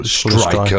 striker